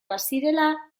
bazirela